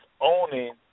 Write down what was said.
owning